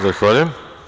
Zahvaljujem.